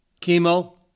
Chemo